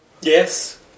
Yes